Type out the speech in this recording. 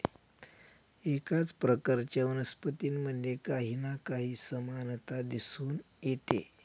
एकाच प्रकारच्या वनस्पतींमध्ये काही ना काही समानता दिसून येते